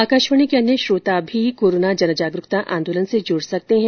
आकाशवाणी के अन्य श्रोता भी कोरोना जनजागरुकता आंदोलन से जुड सकते हैं